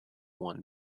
won